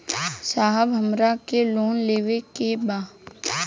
साहब हमरा के लोन लेवे के बा